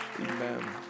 Amen